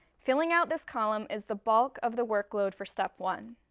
filling out this column is the bulk of the workload for step one.